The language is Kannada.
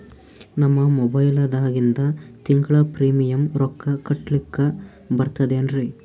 ನಮ್ಮ ಮೊಬೈಲದಾಗಿಂದ ತಿಂಗಳ ಪ್ರೀಮಿಯಂ ರೊಕ್ಕ ಕಟ್ಲಕ್ಕ ಬರ್ತದೇನ್ರಿ?